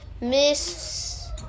Miss